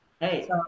Hey